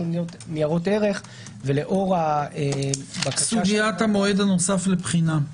ניירות ערך --- סוגיית המועד הנוסף לבחינה.